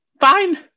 fine